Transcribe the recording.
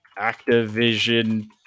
Activision